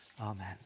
Amen